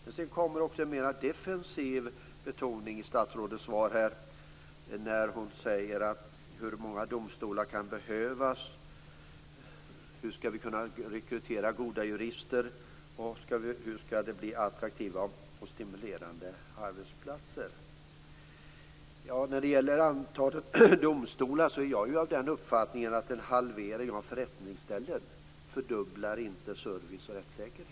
Det andra spåret har en mera defensiv ton i statsrådets svar, när hon frågar hur många domstolar som kan behövas, hur vi skall kunna rekrytera goda jurister och hur arbetsplatserna skall kunna bli attraktiva och stimulerande. Ja, när det gäller antalet domstolar är jag av den uppfattningen att en halvering av antalet förrättningsställen inte fördubblar service och rättssäkerhet.